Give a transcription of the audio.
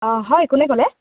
অঁ হয় কোনে ক'লে